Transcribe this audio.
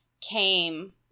came